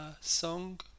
song